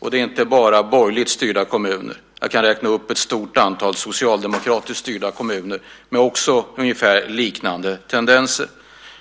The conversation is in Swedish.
Det gäller inte heller enbart borgerligt styrda kommuner, utan jag kan räkna upp ett stort antal socialdemokratiskt styrda kommuner med liknande tendenser.